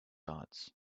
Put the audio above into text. dots